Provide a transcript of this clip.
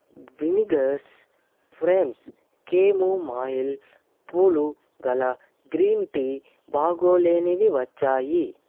vinegars frames chamomile పూలు గల green tea బాగాలేనివి వచ్చాయి